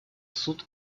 суд